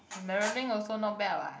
marilyn also not bad what